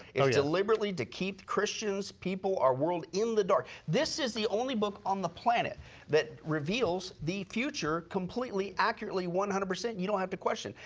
it is deliberately to keep christians, people, our world in the dark. this is the only book on the planet that reveals the future completely, accurately, one hundred percent you don't have to question.